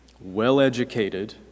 well-educated